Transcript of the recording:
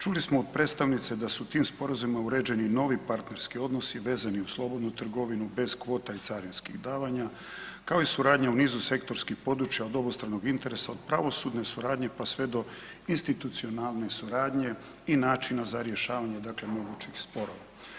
Čuli smo od predstavnice da su tim sporazumima uređeni novi partnerski odnosi vezani uz slobodnu trgovinu bez kvota i carinskih davanja, kao i suradnja u nizu sektorskih područja od obostranog interesa od pravosudne suradnje pa sve do institucionalne suradnje i načina za rješavanje dakle mogućih sporova.